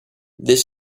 this